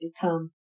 become